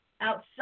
outside